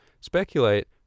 speculate